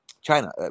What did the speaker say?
China